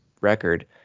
record